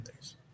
days